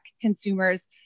consumers